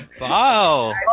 Wow